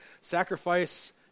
sacrifice